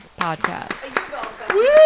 podcast